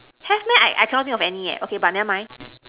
have meh I I cannot think of any eh okay but never mind